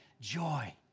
joy